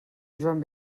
joan